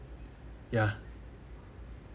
ya